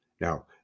Now